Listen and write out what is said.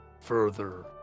further